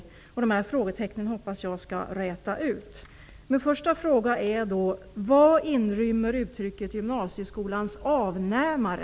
Jag hoppas att dessa frågetecken skall rätas ut. Min första fråga är: Vad inrymmer uttrycket gymnasieskolans avnämare?